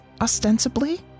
ostensibly